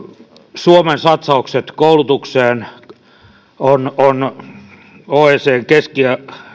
suomen satsaukset koulutukseen ovat reilusti oecdn keskiviivan